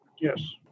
Yes